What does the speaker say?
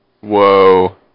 Whoa